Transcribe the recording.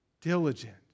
diligent